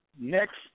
Next